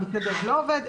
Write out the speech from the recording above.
המתנדב לא עובד,